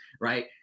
right